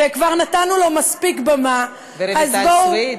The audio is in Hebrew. וכבר נתנו לו מספיק במה ורויטל סויד.